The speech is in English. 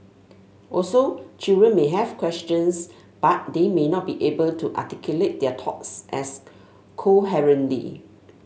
also children may have questions but they may not be able to articulate their thoughts as coherently